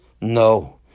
No